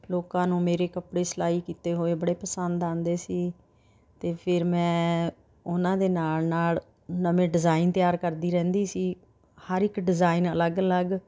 ਲੋਕਾਂ ਨੂੰ ਮੇਰੇ ਕੱਪੜੇ ਸਿਲਾਈ ਕੀਤੇ ਹੋਏ ਬੜੇ ਪਸੰਦ ਆਉਂਦੇ ਸੀ ਅਤੇ ਫਿਰ ਮੈਂ ਉਹਨਾਂ ਦੇ ਨਾਲ ਨਾਲ ਨਵੇਂ ਡਿਜ਼ਾਇਨ ਤਿਆਰ ਕਰਦੀ ਰਹਿੰਦੀ ਸੀ ਹਰ ਇੱਕ ਡਿਜ਼ਾਇਨ ਅਲੱਗ ਅਲੱਗ